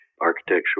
architectural